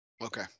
Okay